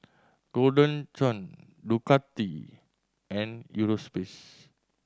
Golden Churn Ducati and Eurospace